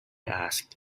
asked